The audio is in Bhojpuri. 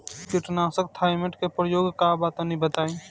कीटनाशक थाइमेट के प्रयोग का बा तनि बताई?